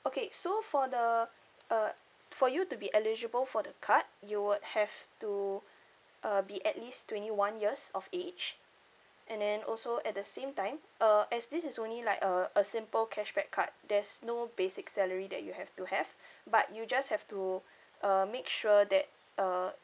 okay so for the uh for you to be eligible for the card you would have to uh be at least twenty one years of age and then also at the same time uh as this is only like a a simple cashback card there's no basic salary that you have to have but you just have to uh make sure that uh